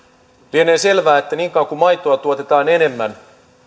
lienee selvää että niin kauan kuin maitoa tuotetaan enemmän